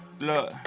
Look